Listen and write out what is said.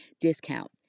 discount